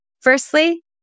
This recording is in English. Firstly